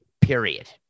period